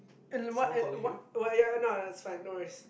in what at what what ya not as fine no worries